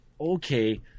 okay